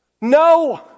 No